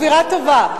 באווירה טובה.